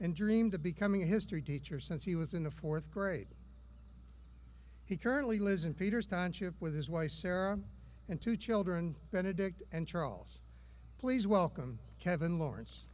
and dreamed of becoming a history teacher since he was in the fourth grade he currently lives in peter's timeship with his wife sarah and two children benedict and charles please welcome kevin lawrence